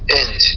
end